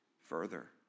further